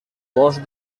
bosc